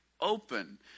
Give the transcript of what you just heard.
open